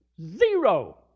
Zero